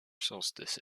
solstice